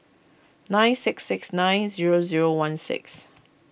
nine six six nine zero zero one six